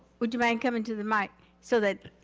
would you mind coming to the mic so that